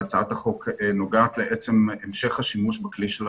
הצעת החוק נוגעת לעצם המשך השימוש בכלי של השב"כ.